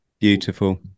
beautiful